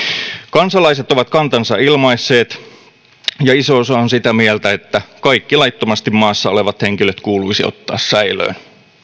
kansalaiset ovat kantansa ilmaisseet ja iso osa on sitä mieltä että kaikki laittomasti maassa olevat henkilöt kuuluisi ottaa säilöön